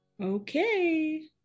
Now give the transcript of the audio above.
Okay